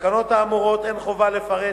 בתקנות האמורות אין חובה לפרט